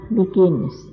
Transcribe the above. begins